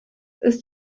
ist